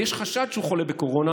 ויש חשד שהוא חולה בקורונה,